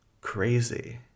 crazy